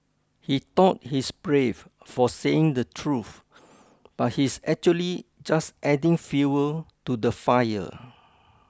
he thought he's brave for saying the truth but he's actually just adding fuel to the fire